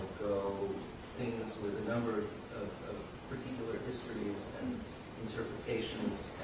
go things with a number of particular histories and interpretations